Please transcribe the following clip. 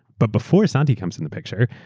but before santi comes in the picture,